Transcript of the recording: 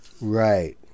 Right